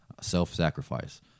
self-sacrifice